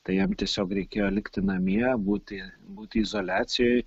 tai jam tiesiog reikėjo likti namie būti būti izoliacijoj